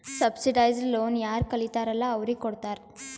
subsidised loan ಯಾರ್ ಕಲಿತಾರ್ ಅಲ್ಲಾ ಅವ್ರಿಗ ಕೊಡ್ತಾರ್